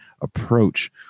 approach